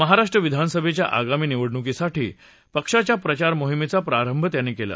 महाराष्ट्र विधानसभेच्या आगामी निवडणुकीसाठी पक्षाच्या प्रचार मोहिमेचा प्रारंभ त्यांनी केला